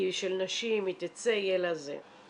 היא של נשים, היא תצא, יהיה לה את זה.